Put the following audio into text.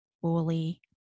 fully